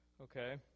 Okay